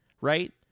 right